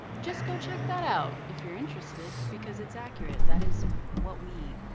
just go check that out if you're interested because it's accurate. that is what we